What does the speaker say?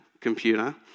Computer